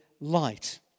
light